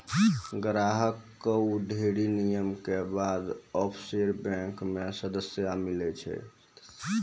ग्राहक कअ ढ़ेरी नियम के बाद ऑफशोर बैंक मे सदस्यता मीलै छै